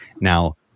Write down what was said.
Now